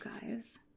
guys